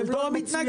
הם לא מתנגדים,